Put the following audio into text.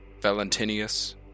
Valentinius